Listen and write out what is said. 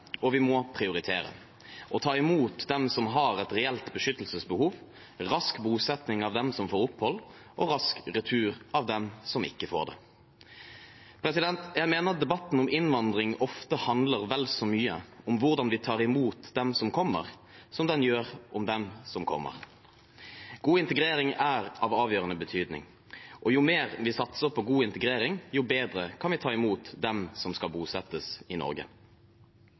og vi må prioritere å ta imot dem som har et reelt beskyttelsesbehov, rask bosetting av dem som får opphold, og rask retur av dem som ikke får det. Jeg mener debatten om innvandring ofte handler vel så mye om hvordan vi tar imot dem som kommer, som den gjør om hvem som kommer. God integrering er av avgjørende betydning, og jo mer vi satser på god integrering, jo bedre kan vi ta imot dem som skal bosettes i Norge.